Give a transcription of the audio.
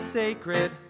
sacred